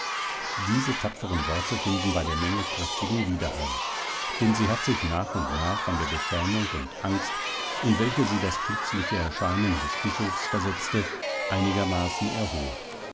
diese tapferen worte finden bei der menge kräftigen widerhall denn sie hat sich nach und nach von der beschämung und angst in welche sie das plötzliche erscheinen des bischofs versetzte einigermaßen erholt